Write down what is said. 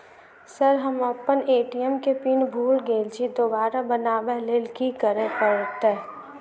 Sir हम अप्पन ATM केँ पिन भूल गेल छी दोबारा बनाबै लेल की करऽ परतै?